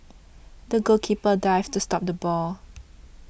the goalkeeper dived to stop the ball